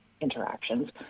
interactions